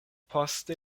poste